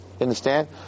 understand